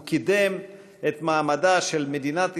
הוא קידם את מעמדה של מדינת ישראל,